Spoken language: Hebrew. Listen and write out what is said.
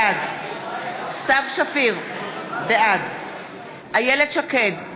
בעד סתיו שפיר, בעד איילת שקד,